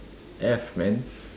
F man